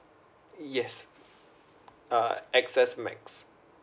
yes uh X S max